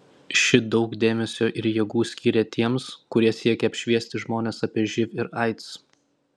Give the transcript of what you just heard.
ši daug dėmesio ir jėgų skyrė tiems kurie siekia apšviesti žmones apie živ ir aids